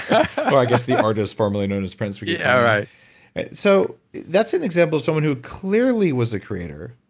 i guess the artist formerly known as prince but yeah right so that's an example of someone who clearly was a creator,